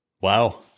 Wow